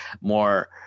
more